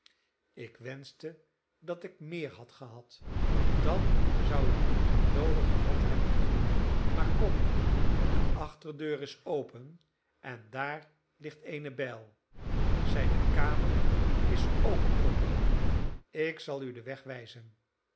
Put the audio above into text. ik wenschte dat ik meer had gehad dan zou ik u niet noodig gehad hebben maar kom de achterdeur is open en daar ligt eene bijl zijne kamer is ook open ik zal u den